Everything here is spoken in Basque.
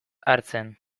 hartzen